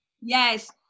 yes